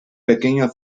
pequeño